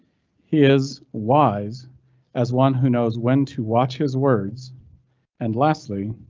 he is wise as one who knows when to watch his words and lastly.